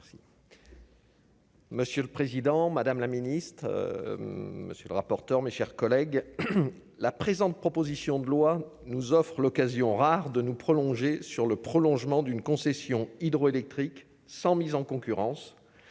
Monsieur le président, madame la ministre, monsieur le rapporteur, mes chers collègues, la présente proposition de loi nous offrent l'occasion rare de nos prolongée sur le prolongement d'une concession hydroélectrique sans mise en concurrence,